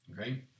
Okay